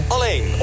Alleen